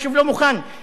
אין מועקות.